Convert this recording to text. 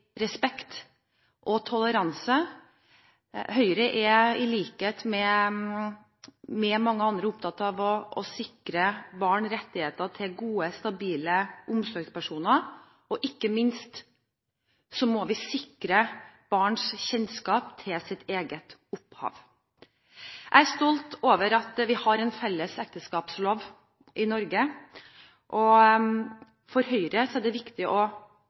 respekt og toleranse. Høyre er i likhet med mange andre opptatt av å sikre barn rett til gode, stabile omsorgspersoner, og ikke minst må vi sikre barns kjennskap til sitt eget opphav. Jeg er stolt over at vi har en felles ekteskapslov i Norge. For Høyre er det viktig å